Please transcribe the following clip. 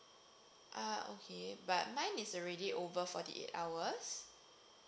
ah okay but mine is already over forty eight hours